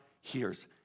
hears